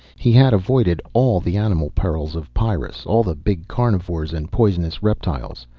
he had avoided all the animal perils of pyrrus, all the big carnivores and poisonous reptiles,